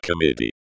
committee